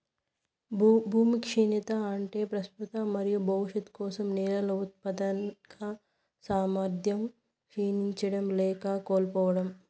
భూమి క్షీణత అంటే ప్రస్తుత మరియు భవిష్యత్తు కోసం నేలల ఉత్పాదక సామర్థ్యం క్షీణించడం లేదా కోల్పోవడం